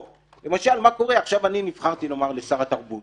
למשל: אם אני נבחרתי עכשיו לשר התרבות